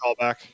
callback